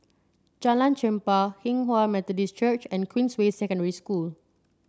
Jalan Chempah Hinghwa Methodist Church and Queensway Secondary School